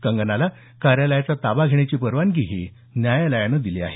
कंगनाला कार्यालयाचा ताबा घेण्याची परवानगीही न्यायालयानं दिली आहे